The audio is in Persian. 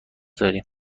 داریم